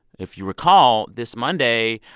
if you recall, this monday,